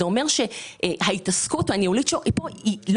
זה אומר שההתעסקות הניהולית שלו לא קיימת.